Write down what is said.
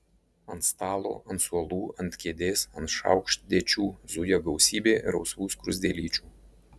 ant stalo ant suolų ant kėdės ant šaukštdėčių zuja gausybė rausvų skruzdėlyčių